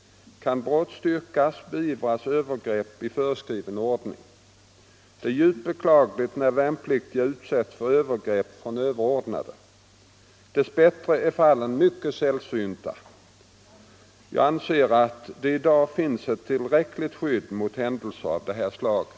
Kan brott styrkas, beivras övergreppet i föreskriven ordning. Det är djupt beklagligt när värnpliktiga utsätts för övergrepp från överordnade. Dess bättre är fallen mycket sällsynta. Jag anser att det i dag finns ett tillräckligt skydd mot händelser av det här slaget.